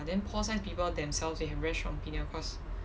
and then pol science people themselves they have very strong opinion cause